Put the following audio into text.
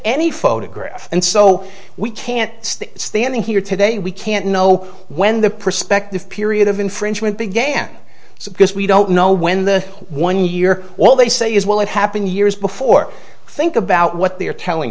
any photograph and so we can't stay standing here today we can't know when the prospective period of infringement began because we don't know when the one year all they say is will it happen years before think about what they are telling